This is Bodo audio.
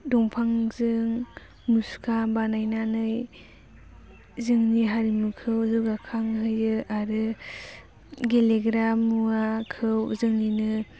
दंफांजों मुसुखा बानायनानै जोंनि हारिमुखौ जौगाखांहोयो आरो गेलेग्रा मुवाखौ जोंनिनो